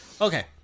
Okay